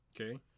Okay